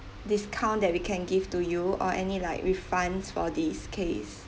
discount that we can give to you or any like refunds for this case